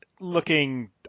looking